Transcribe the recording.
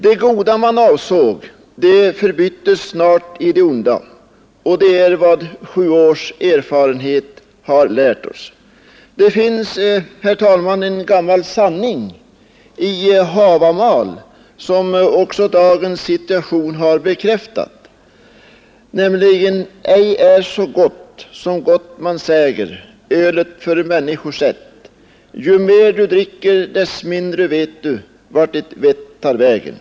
Det goda man avsåg förbyttes snart i det onda, och det är vad sju års erfarenhet har lärt oss. Det finns, herr talman, en gammal sanning i Havamal, som också dagens situation har bekräftat: Ej är så gott som gott man säger Ju mer du dricker, dess mindre vet du vart ditt vett tar vägen.